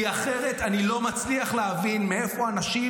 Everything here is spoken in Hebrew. כי אחרת אני לא מצליח להבין מאיפה לאנשים